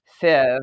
sieve